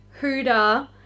Huda